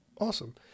Awesome